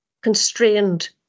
constrained